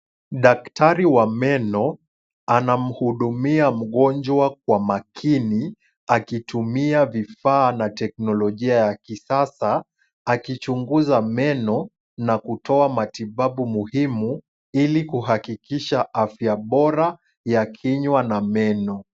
Daktari wa meno, anamhudumia mgonjwa kwa makini, akitumia vifaa na teknolojia ya kisasa, akichunguza meno na kutoa matibabu muhimu, ili kuhakikisha afya bora ya kinywa na meno.